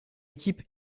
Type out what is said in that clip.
équipe